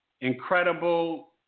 incredible